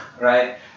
right